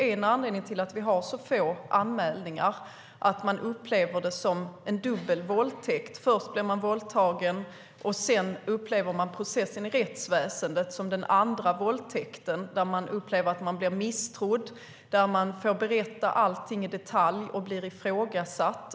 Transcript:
En anledning till att vi har så få anmälningar är att man upplever det som en dubbel våldtäkt - först blir man våldtagen, och sedan upplever man processen i rättsväsendet som den andra våldtäkten. Man upplever att man blir misstrodd, man får berätta allting i detalj och man blir ifrågasatt.